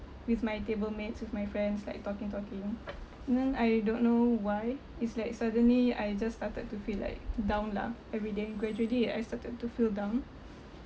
with my table mates with my friends like talking talking then I don't know why is like suddenly I just started to feel like down lah everyday gradually I started to feel down